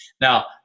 Now